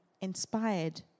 inspired